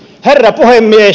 herra puhemies